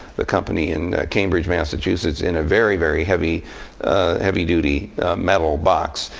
the company in cambridge, massachusetts, in a very, very heavy-duty heavy-duty metal box.